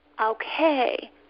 Okay